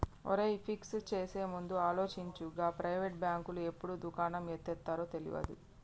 ఒరేయ్, ఫిక్స్ చేసేముందు ఆలోచించు, గా ప్రైవేటు బాంకులు ఎప్పుడు దుకాణం ఎత్తేత్తరో తెల్వది